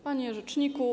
Panie Rzeczniku!